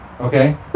Okay